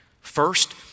First